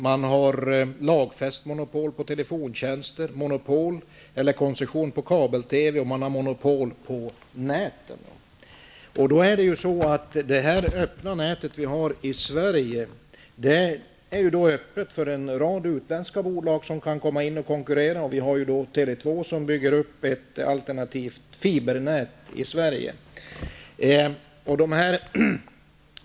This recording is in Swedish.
Man har lagfäst monopol på telefontjänster, koncession på kabel-TV och man har monopol på näten. Nätet i Sverige är ju öppet för en rad utländska bolag, som då har möjlighet att konkurrera. TV 2 bygger nu upp ett alternativt fibernät.